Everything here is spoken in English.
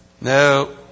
No